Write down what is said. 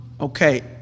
okay